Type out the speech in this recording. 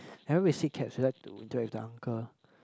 ever we sit cabs we like to interact with the uncle